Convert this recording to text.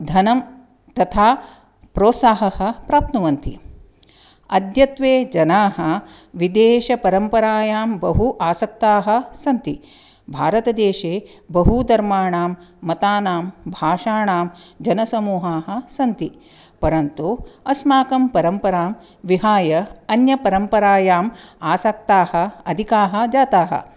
धनं तथा प्रोत्साहः प्राप्नुवन्ति अद्यत्वे जनाः विदेशपरम्परायां बहु आसक्ताः सन्ति भरतदेशे बहुधर्माणां मतानां भाषाणां जनसमूहाः सन्ति परन्तु अस्माकं परम्परां विहाय अन्यपरम्परायाम् आसक्ताः अधिकाः जाताः